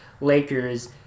Lakers